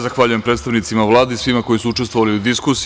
Zahvaljujem predstavnicima Vlade i svima koji su učestvovali u diskusiji.